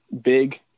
big